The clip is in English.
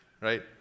right